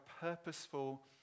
purposeful